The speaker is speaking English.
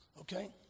Okay